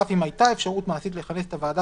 אף אם היתה אפשרות מעשית לכנס את הוועדה